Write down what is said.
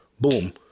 boom